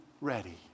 ready